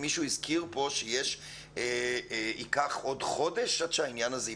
מישהו הזכיר פה שייקח עוד חודש עד שהעניין הזה יסתדר,